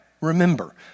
remember